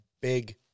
big –